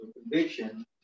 conviction